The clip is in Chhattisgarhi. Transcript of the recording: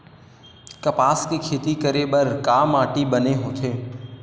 कपास के खेती करे बर का माटी बने होथे?